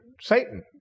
Satan